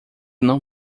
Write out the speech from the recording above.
não